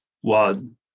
one